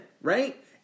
right